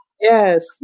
yes